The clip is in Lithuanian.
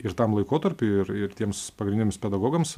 ir tam laikotarpiui ir ir tiems pagrindiniams pedagogams